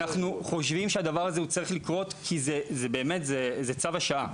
אנחנו חושבים שהדבר הזה צריך לקרות כי זה צו השעה.